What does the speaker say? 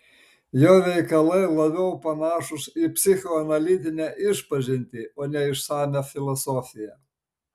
jo veikalai labiau panašūs į psichoanalitinę išpažintį o ne į išsamią filosofiją